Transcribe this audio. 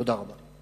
תודה רבה.